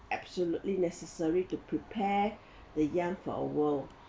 absolutely necessary to prepare the young for our world